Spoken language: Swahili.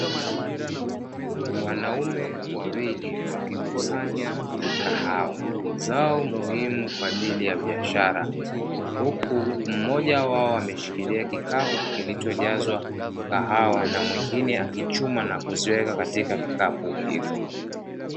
Wanaume wawili wakikusanya kahawa, zao muhimu kwa ajili ya biashara. Huku mmoja wao ameshikilia kikapu kilichojazwa kahawa na mwingine akichuma na kuziweka katika kikapu hiko.